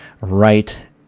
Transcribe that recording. right